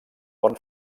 bon